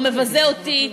הוא מבזה אותי,